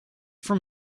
from